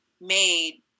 made